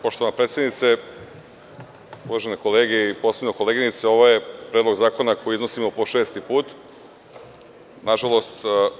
Poštovana predsednice, uvažene kolege i posebno koleginice, ovo je Predlog zakona koji iznosimo po šesti put, nažalost.